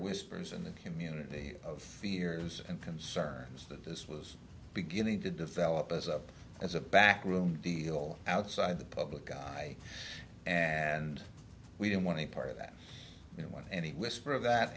whispers in the community of fears and concerns that this was beginning to develop as a as a backroom deal outside the public eye and we didn't want any part of that you know want any whisper of that